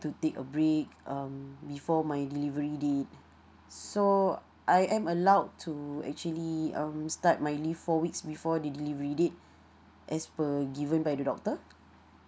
to take a break um before my delivery date so I am allowed to actually um start my leaves four weeks before delivery date as per given by the doctor